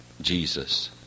Jesus